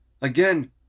again